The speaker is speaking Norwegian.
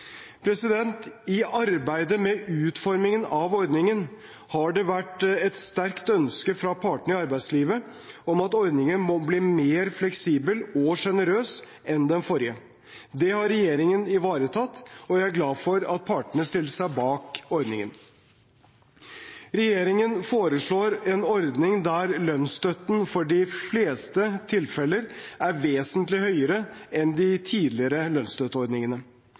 I arbeidet med utformingen av ordningen har det vært et sterkt ønske fra partene i arbeidslivet om at ordningen må bli mer fleksibel og generøs enn den forrige. Det har regjeringen ivaretatt, og jeg er glad for at partene stiller seg bak ordningen. Regjeringen foreslår en ordning der lønnsstøtten for de fleste tilfeller er vesentlig høyere enn i de tidligere lønnsstøtteordningene.